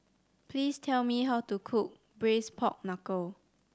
please tell me how to cook Braised Pork Knuckle